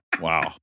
Wow